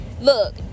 Look